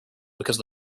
because